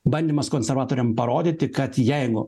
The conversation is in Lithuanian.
bandymas konservatoriam parodyti kad jeigu